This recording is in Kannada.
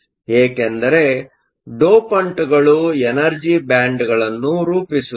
ಏಕೆಂದರೆ ಡೋಪಂಟ್ಗಳು ಎನರ್ಜಿ ಬ್ಯಾಂಡ್ಗಳನ್ನು ರೂಪಿಸುತ್ತವೆ